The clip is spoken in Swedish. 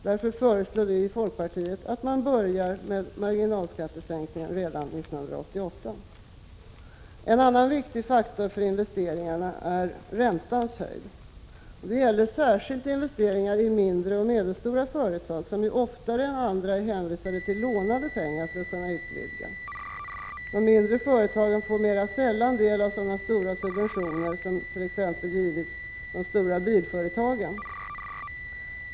Vi i folkpartiet föreslår därför att man börjar med marginalskattesänkningen redan 1988. En annan viktig faktor för investeringarna är räntans höjd. Det gäller särskilt investeringarna i de mindre och medelstora företagen, som oftare än de stora är hänvisade till lånade pengar för att kunna utvidga. De mindre och medelstora företagen får ju också sällan del av sådana stora subventioner som givits våra stora bilföretag.